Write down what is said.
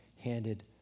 handed